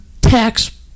tax